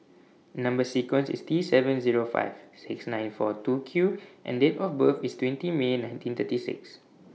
Number sequence IS T seven Zero five six nine four two Q and Date of birth IS twenty May nineteen thirty six